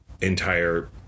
entire